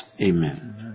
Amen